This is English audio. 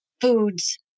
foods